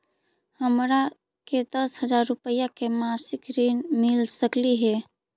हमरा के दस हजार रुपया के मासिक ऋण मिल सकली हे?